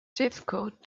difficult